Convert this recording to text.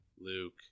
Luke